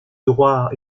droit